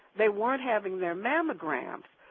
they weren't having their mammograms.